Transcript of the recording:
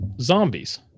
zombies